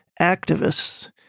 activists